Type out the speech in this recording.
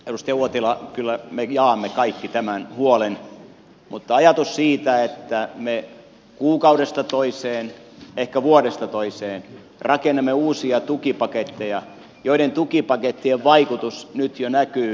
edustaja uotila kyllä me jaamme kaikki tämän huolen mutta ajattelen sitä että me kuukaudesta toiseen ehkä vuodesta toiseen rakennamme uusia tukipaketteja joiden vaikutus nyt jo näkyy